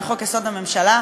לחוק-יסוד: הממשלה,